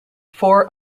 four